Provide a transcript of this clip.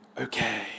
Okay